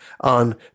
on